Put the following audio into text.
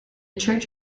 church